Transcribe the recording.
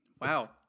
Wow